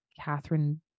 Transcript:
Catherine